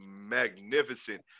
magnificent